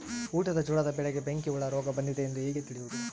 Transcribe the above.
ಊಟದ ಜೋಳದ ಬೆಳೆಗೆ ಬೆಂಕಿ ಹುಳ ರೋಗ ಬಂದಿದೆ ಎಂದು ಹೇಗೆ ತಿಳಿಯುವುದು?